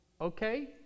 Okay